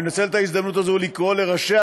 אני מנצל הזדמנות זו כדי לקרוא לראשי